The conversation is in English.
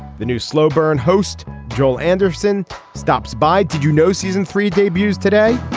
the new slow burn host joel anderson stops by did you know season three debuts today.